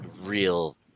real